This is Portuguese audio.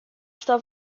está